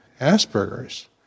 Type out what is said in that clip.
Asperger's